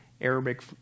Arabic